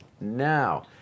Now